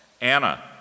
Anna